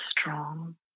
strong